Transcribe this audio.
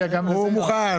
הוא מוכן,